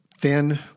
thin